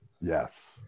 Yes